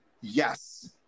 Yes